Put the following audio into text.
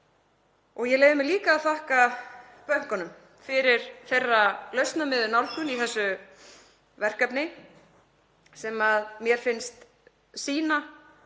Ég leyfi mér líka að þakka bönkunum fyrir þeirra lausnamiðuðu nálgun í þessu verkefni sem mér finnst sýna